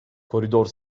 koridor